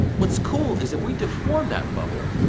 what's cool is if we deform that bubble,